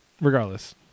regardless